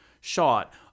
shot